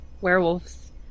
werewolves